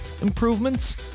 Improvements